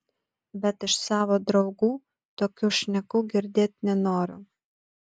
bet iš savo draugų tokių šnekų girdėt nenoriu